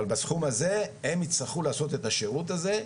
אבל בסכום הזה הם יצטרכו לעשות את השירות הזה,